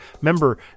Remember